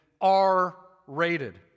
R-rated